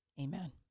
amen